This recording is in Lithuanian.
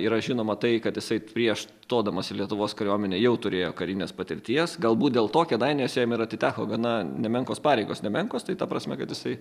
yra žinoma tai kad jisai prieš stodamas į lietuvos kariuomenę jau turėjo karinės patirties galbūt dėl to kėdainiuose jam ir atiteko gana nemenkos pareigos nemenkos tai ta prasme kad jisai